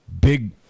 big